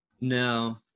No